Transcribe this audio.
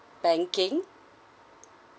banking